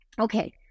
okay